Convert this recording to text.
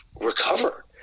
recover